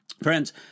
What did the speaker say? Friends